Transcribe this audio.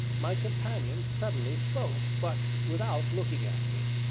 my companion suddenly spoke, but without looking at me.